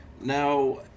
Now